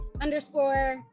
underscore